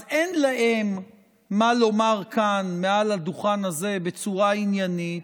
אז אין להם מה לומר כאן מעל הדוכן הזה בצורה עניינית,